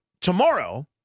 tomorrow